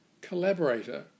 collaborator